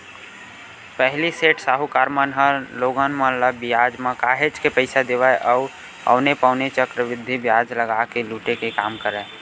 पहिली सेठ, साहूकार मन ह लोगन मन ल बियाज म काहेच के पइसा देवय अउ औने पौने चक्रबृद्धि बियाज लगा के लुटे के काम करय